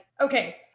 okay